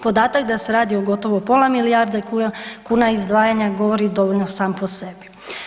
Podatak da se radi o gotovo pola milijarde kuna izdvajanja govori dovoljno sam po sebi.